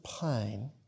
pain